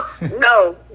no